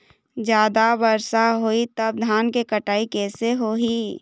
जादा वर्षा होही तब धान के कटाई कैसे होही?